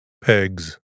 pegs